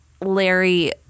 Larry